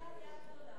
כשהיתה עלייה גדולה,